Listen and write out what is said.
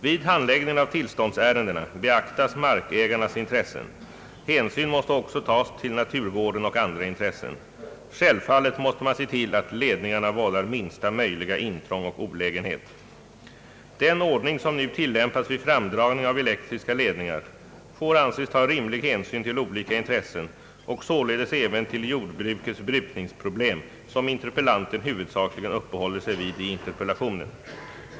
Vid handläggningen av tillståndsärendena beaktas markägarnas intressen. Hänsyn måste också tas till naturvården och andra intressen. Självfallet måste man se till att ledningarna vållar minsta möjliga intrång och olägenhet. Den ordning som nu tillämpas vid framdragning av elektriska ledningar får anses ta rimlig hänsyn till olika intressen och således även till jordbrukets brukningsproblem som interpellanten huvudsakligen uppehåller sig vid i interpellationen.